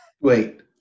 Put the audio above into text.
Wait